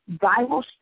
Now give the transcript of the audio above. Bible